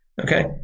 Okay